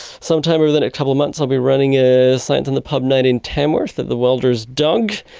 some time over the next couple of months i'll be running a science in the pub night in tamworth at the welder's dog,